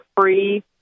free